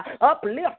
Uplift